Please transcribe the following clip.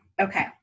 Okay